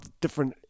different